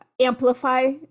amplify